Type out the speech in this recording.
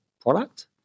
product